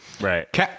Right